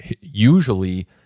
usually